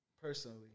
personally